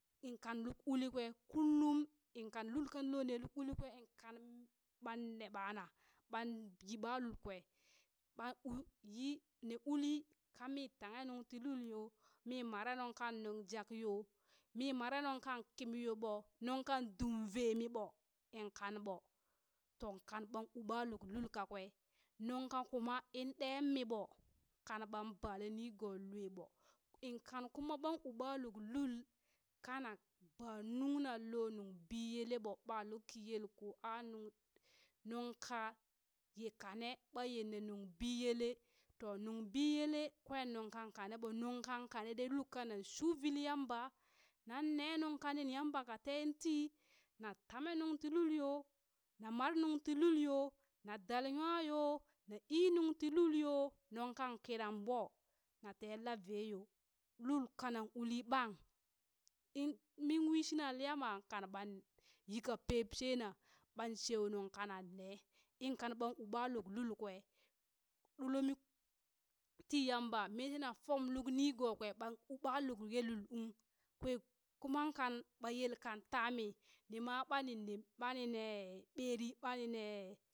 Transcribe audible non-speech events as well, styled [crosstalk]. In kann luk uli kwe kullum in kan lul kan lo ne [noise] luk [noise] uli kwe in kan ɓan ne ɓana ɓan yi ɓa [noise] lulkwe ɓan [noise] u yi ne uli kami tanghe nuŋti lul yo mi mara nuŋ kan nuŋ jak yo, mi mare nuŋ kan kimiyo ɓo nuŋkan dumvemiɓo in kanɓo ton kan ɓan u ɓa lul kakwe nuŋ ka kuma in ɗen miɓo kan ɓan balenigo lueɓo in kan kuma ɓan u ɓa luk lul kanak kana ba nuŋna lo nuŋ biyele ɓo ɓa luki yelko a nuŋ, nuŋ ka ye kane ɓa ye ne nung biyele to nung biyele kwen nunkan kane ɓo, nung kan kane dai lul kan nan shuvili Yamba nan ne nuŋka lin Yamba ka teen ti na tami nuŋ ti lul yo na mar nungti lul yo na dal nwa yo na ii nuŋti lul yo, nuŋ kan kinan ɓo na ten la veyo lul kanan uli ɓan in min wishinan liya ma kann ɓan yi ka peep she na ɓan sheu nuŋ kanan ne in kan ɓan u ɓa lul kwe, ɗulomi ti Yamba mi tina fom luk nigo kwe ɓan u ɓa luk ye lul ung kwe kuman kan ɓa yelkan tami nima ɓani ne bani ne ɓeri ɓani ne